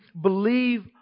believe